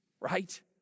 right